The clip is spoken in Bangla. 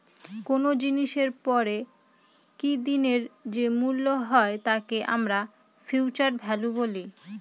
কোনো জিনিসের পরে কি দিনের যে মূল্য হয় তাকে আমরা ফিউচার ভ্যালু বলি